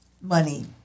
money